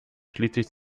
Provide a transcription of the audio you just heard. schließlich